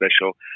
special